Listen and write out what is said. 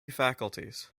faculties